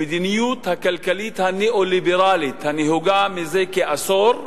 המדיניות הכלכלית הניאו-ליברלית הנהוגה מזה כעשור,